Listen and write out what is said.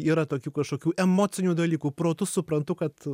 yra tokių kažkokių emocinių dalykų protu suprantu kad